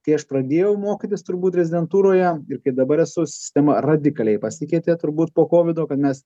kai aš pradėjau mokytis turbūt rezidentūroje ir kai dabar esu sistema radikaliai pasikeitė turbūt po kovido kad mes